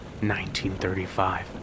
1935